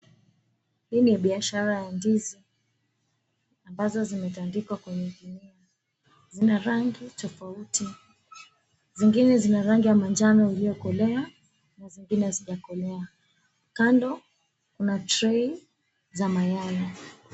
Hii ni biashara ya ndizi ambazo zimetandikwa kwenye gunia. Zina rangi tofauti zingine zina rangi ya mnajano iliyokelea zingine hazijakolea kando kuna tray za mayai.